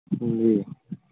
जी